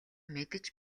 мэдэж